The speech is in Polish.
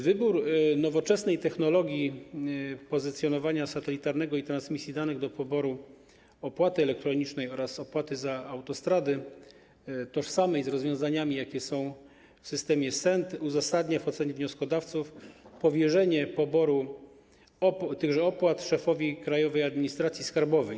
Wybór nowoczesnej technologii pozycjonowania satelitarnego i transmisji danych do poboru opłaty elektronicznej oraz opłaty za autostrady, tożsamej z rozwiązaniami, jakie są w systemie SENT, uzasadnia w ocenie wnioskodawców powierzenie poboru tychże opłat szefowi Krajowej Administracji Skarbowej.